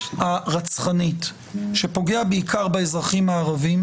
הרצחנית שפוגע בעיקר באזרחים הערבים,